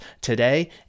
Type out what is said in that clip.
today